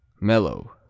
mellow